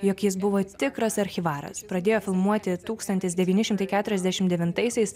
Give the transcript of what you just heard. jog jis buvo tikras archyvaras pradėjo filmuoti tūkstantis devyni šimtai keturiasdešim devintaisiais